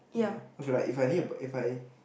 you know okay lah if I need buy if I